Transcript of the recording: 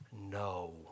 no